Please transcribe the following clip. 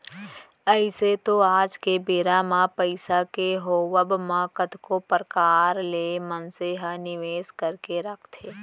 अइसे तो आज के बेरा म पइसा के होवब म कतको परकार ले मनसे ह निवेस करके रखथे